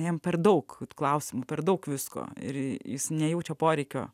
jam per daug klausimų per daug visko ir jis nejaučia poreikio